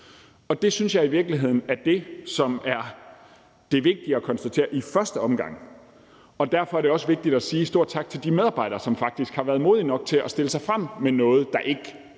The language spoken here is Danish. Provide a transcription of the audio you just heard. Det synes jeg i virkeligheden er det, som er det vigtige at konstatere i første omgang. Derfor er det også vigtigt at sige en stor tak til de medarbejdere, som faktisk har været modige nok til at stille sig frem med noget, der ikke var